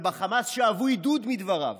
ובחמאס שאבו עידוד מדבריו.